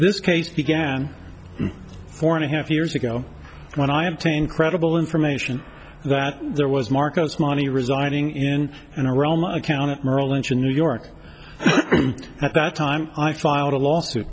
this case began four and a half years ago when i obtained credible information that there was marcos money residing in in a realm account at merrill lynch in new york at that time i filed a lawsuit